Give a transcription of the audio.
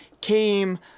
came